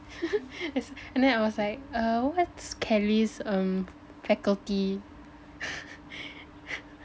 and then I was like err what's Kelly's um faculty